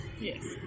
Yes